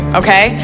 okay